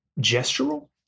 gestural